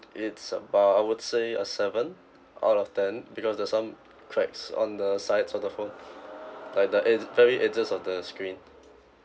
it's about I would say a seven out of ten because there's some cracks on the sides of the phone like the edge very edges of the screen